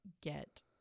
get